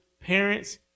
parents